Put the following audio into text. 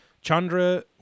Chandra